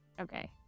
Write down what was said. Okay